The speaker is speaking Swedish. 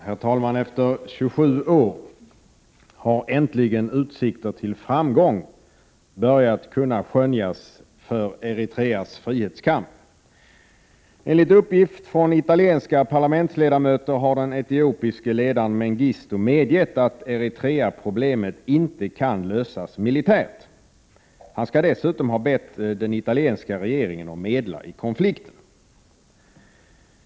Herr talman! Efter 27 år har äntligen utsikter till framgång börjat skönjas för Eritreas frihetskamp. Enligt uppgift från italienska parlamentsledamöter har den etiopiske ledaren Mengistu medgett att Eriteraproblemet inte kan lösas militärt. Han skall dessutom ha bett den italienska regeringen att medla i konflikten.